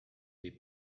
they